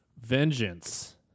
Vengeance